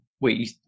Wait